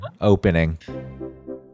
opening